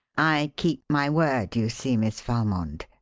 i keep my word, you see, miss valmond,